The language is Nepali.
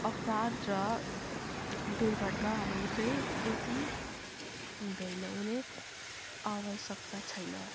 अपराध र दुर्घटनाहरू चाहिँ बेसी हुँदैन हुने अवश्यकता छैन